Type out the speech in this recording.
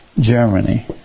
Germany